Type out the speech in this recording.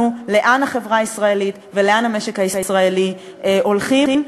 לאן החברה הישראלית ולאן המשק הישראלי הולכים.